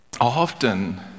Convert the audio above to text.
Often